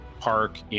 park